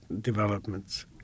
developments